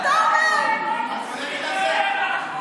אני אומר.